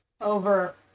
over